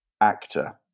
actor